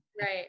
right